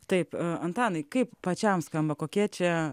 taip antanai kaip pačiam skamba kokie čia